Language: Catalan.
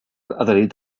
adherit